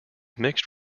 mixed